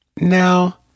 Now